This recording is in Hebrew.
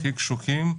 הכי קשוחים,